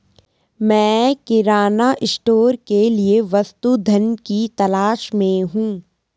मैं किराना स्टोर के लिए वस्तु धन की तलाश में हूं